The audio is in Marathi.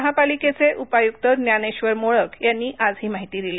महापालिकेचे उपायुक्त ज्ञानेश्वर मोळक यांनी आज ही माहिती दिली